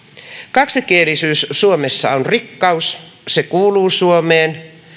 kaksikielisyys suomessa on rikkaus se kuuluu suomeen